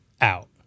out